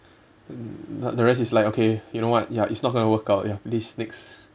the rest is like okay you know what ya it's not going to work out ya please next